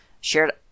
shared